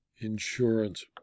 insurance